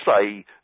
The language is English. say